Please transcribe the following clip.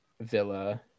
villa